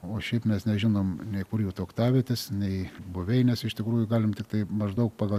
o šiaip mes nežinom nei kur jų tuoktavietės nei buveinės iš tikrųjų galim tiktai maždaug pagal